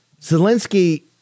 Zelensky